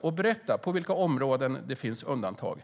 och berätta på vilka områden det finns undantag?